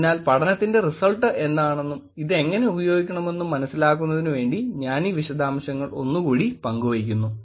അതിനാൽ പഠന ത്തിന്റെ റിസൾട്ട് എന്താണെന്നും ഇതെങ്ങനെ ഉപയോഗിക്കണമെന്നും മനസിലാ ക്കുന്നതിനുവേണ്ടി ഞാനീ വിശദാംശങ്ങൾ ഒന്നുകൂടി പങ്കുവെയ്ക്കുന്നു